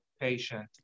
patient